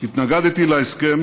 התנגדתי להסכם